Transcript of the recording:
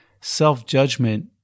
self-judgment